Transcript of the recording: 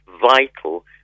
vital